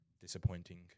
disappointing